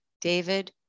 David